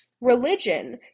Religion